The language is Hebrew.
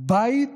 בית